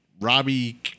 Robbie